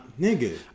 Nigga